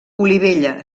olivella